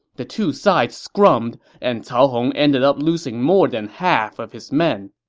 the two sides scrummed, and cao hong ended up losing more than half of his men.